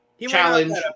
challenge